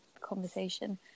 conversation